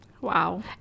wow